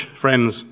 friends